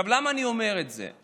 למה אני אומר את זה?